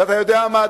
ואתה יודע מה,